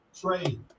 trade